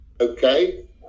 okay